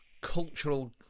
cultural